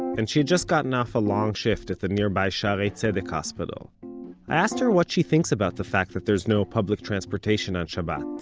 and she had just gotten off a long shift at the nearby sha'arey tzedek hospital. i asked her what she thinks about the fact that there's no public transportation on shabbat.